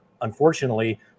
unfortunately